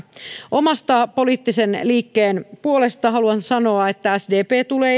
oman poliittisen liikkeen puolesta haluan sanoa että sdp tulee